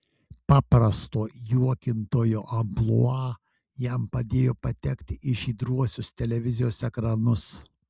paprasto juokintojo amplua jam padėjo patekti į žydruosius televizijos ekranus